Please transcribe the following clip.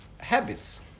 habits